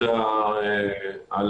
תודה על